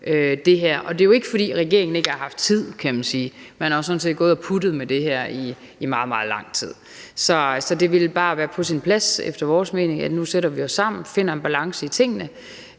det er jo ikke, fordi regeringen ikke har haft tid, kan man sige. Man har jo sådan set gået og puttet med det her i meget, meget lang tid. Så det vil efter vores mening bare være på sin plads, at vi nu sætter os sammen og finder en balance i tingene.